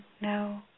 no